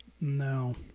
No